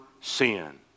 sin